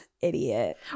idiot